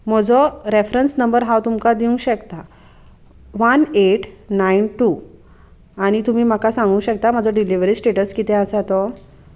म्हजो reference number हांव तुमकां दिवंक शकता वन एट नायन टू आनी तुमी म्हाका सांगूंक शकता म्हजो डिलिवरी स्टेटस कितें आसा तो